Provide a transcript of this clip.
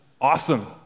Awesome